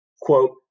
quote